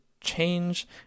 change